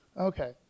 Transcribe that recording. Okay